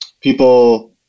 people